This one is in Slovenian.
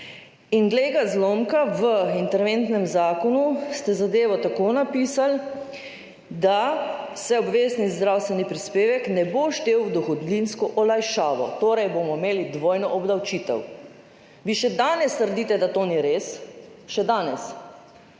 In, glej ga zlomka, v interventnem zakonu ste zadevo tako napisali, da se obvezni zdravstveni prispevek ne bo štel v dohodninsko olajšavo. Torej bomo imeli dvojno obdavčitev. Vi še danes trdite, da to ni res. Še danes.